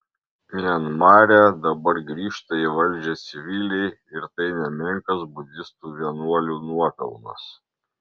mianmare dabar grįžta į valdžią civiliai ir tai nemenkas budistų vienuolių nuopelnas